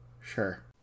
Sure